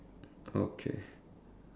okay